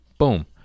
Boom